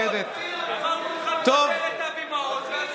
אני מכיל את ווליד.